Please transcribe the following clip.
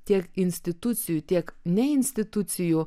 tiek institucijų tiek ne institucijų